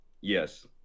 Yes